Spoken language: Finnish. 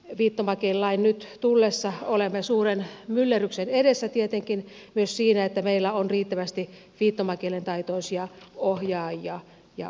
viittomakielilain nyt tullessa olemme suuren myllerryksen edessä tietenkin myös siinä että meillä on riittävästi viittomakielen taitoisia ohjaajia ja opettajia